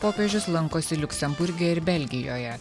popiežius lankosi liuksemburge ir belgijoje